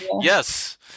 yes